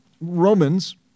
Romans